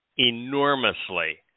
enormously